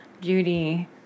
Beauty